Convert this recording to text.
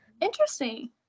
Interesting